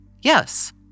Yes